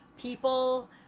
people